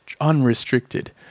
unrestricted